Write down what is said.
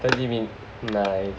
thirty minutes nice